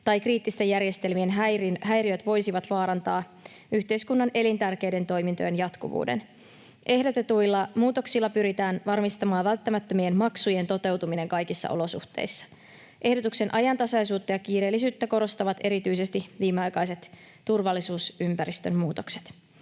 tai kriittisten järjestelmien häiriöt voisivat vaarantaa yhteiskunnan elintärkeiden toimintojen jatkuvuuden. Ehdotetuilla muutoksilla pyritään varmistamaan välttämättömien maksujen toteutuminen kaikissa olosuhteissa. Ehdotuksen ajantasaisuutta ja kiireellisyyttä korostavat erityisesti viimeaikaiset turvallisuusympäristön muutokset.